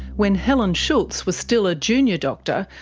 when helen schultz was still a junior doctor,